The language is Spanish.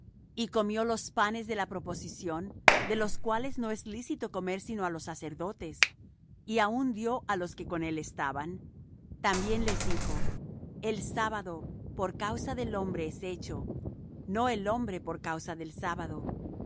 y comió los panes de la proposición de los cuales no es lícito comer sino á los sacerdotes y aun dió á los que con él estaban también les dijo el sábado por causa del hombre es hecho no el hombre por causa del sábado